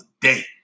day